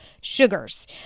sugars